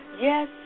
yes